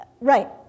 Right